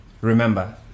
remember